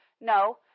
No